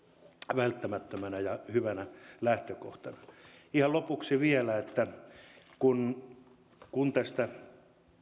välttämättömänä ja hyvänä lähtökohtana ihan lopuksi vielä kun kun tästä